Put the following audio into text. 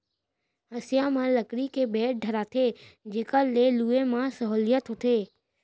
हँसिया म लकड़ी के बेंट धराथें जेकर ले लुए म सहोंलियत होथे